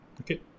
okay